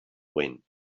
wind